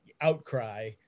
outcry